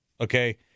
Okay